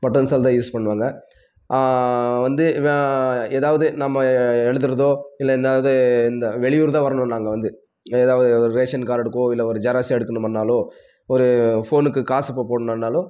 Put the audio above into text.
button செல்தான் use பண்ணுவாங்கள் வந்து ஏதாவது நம்ம எழுதுகிறதோ இல்லை ஏதாவது இந்த வெளியூர்தான் வரணும் நாங்கள் வந்து ஏதாவது ஒரு ரேசன் கார்டு எடுக்கவோ ஒரு ஜெராக்ஸ் எடுக்கணுமுன்னாலோ ஒரு ஃபோனுக்கு காசு இப்போ போடணுன்னாலோ